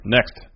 Next